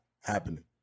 happening